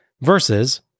versus